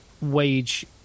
wage